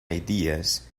ideas